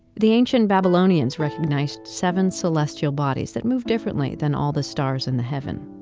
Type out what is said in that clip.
the ancient babylonians recognized seven celestial bodies that moved differently than all the stars in the heaven.